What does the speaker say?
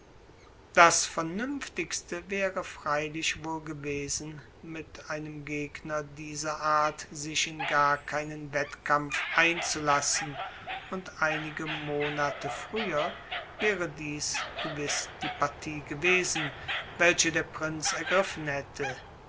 das vernünftigste wäre freilich wohl gewesen mit einem gegner dieser art sich in gar keinen wettkampf einzulassen und einige monate früher wäre dies gewiß die partie gewesen welche der prinz ergriffen hätte